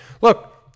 Look